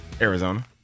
Arizona